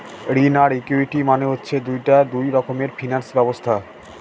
ঋণ আর ইকুইটি মানে হচ্ছে দুটা দুই রকমের ফিনান্স ব্যবস্থা